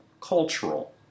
cultural